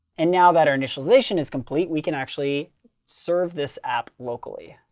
and now that our initialization is complete, we can actually serve this app locally.